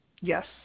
Yes